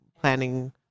planning